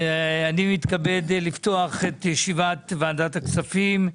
בוקר טוב, אני מתכבד לפתוח את ישיבת ועדת הכספים.